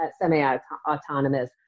semi-autonomous